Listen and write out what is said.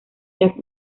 jack